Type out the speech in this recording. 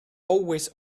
always